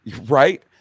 Right